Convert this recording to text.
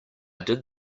did